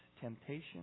temptation